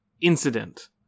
incident